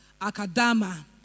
Akadama